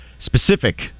specific